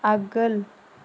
आगोल